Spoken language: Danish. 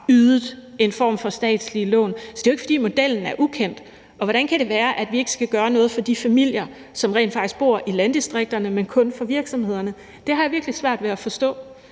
ydet en form for statslige lån. Så det er jo ikke, fordi modellen er ukendt. Hvordan kan det være, at vi ikke skal gøre noget for de familier, som rent faktisk bor i landdistrikterne, men kun for virksomhederne? Det har jeg virkelig svært ved at forstå.